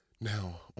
Now